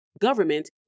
government